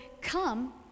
come